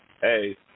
hey